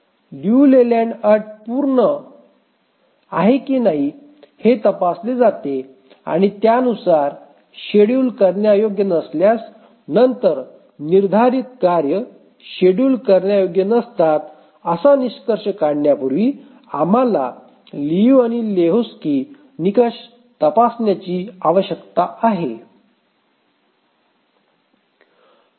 लियू Layland अट पूर्ण की नाही हे तपासले जाते आणि त्यानुसार शेड्यूल करण्यायोग्य नसल्यास नंतर निर्धारित कार्ये शेड्यूल करण्यायोग्य नसतात असा निष्कर्ष काढण्यापूर्वी आम्हाला लियू आणि लेहोक्स्की निकष तपासण्याची आवश्यकता आहे